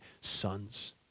sons